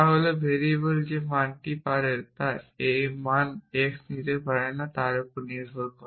তা হল ভেরিয়েবলটি যে মানটি করতে পারে যে মান x নিতে পারে তার উপর নির্ভর করে